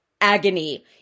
agony